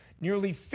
Nearly